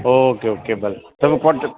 okay okay ભલે તમે call